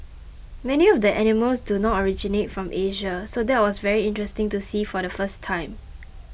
many of the animals do not originate from Asia so that was very interesting to see for the first time